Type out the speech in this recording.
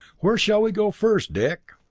where shall we go first, dick?